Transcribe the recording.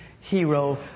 hero